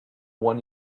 one